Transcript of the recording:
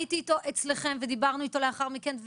הייתי איתו אצלכם ודיברנו איתו לאחר מכן,